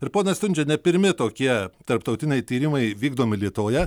ir ponas stundžia ne pirmi tokie tarptautiniai tyrimai vykdomi lietuvoje